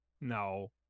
No